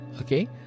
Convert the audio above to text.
Okay